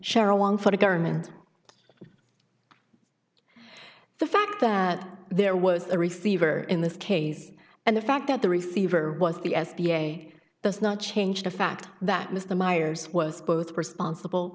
along for the government the fact that there was a receiver in this case and the fact that the receiver was the s b a does not change the fact that mr meyers was both responsible